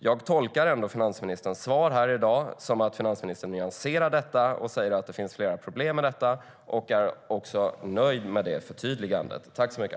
Jag tolkar trots allt finansministerns svar i dag som att finansministern nyanserar det sagda och säger att det finns flera problem med detta. Jag är nöjd med det förtydligandet.